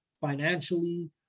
financially